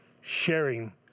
sharing